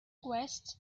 guests